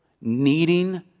needing